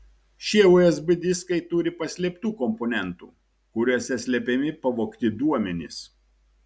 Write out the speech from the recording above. šie usb diskai turi paslėptų komponentų kuriuose slepiami pavogti duomenys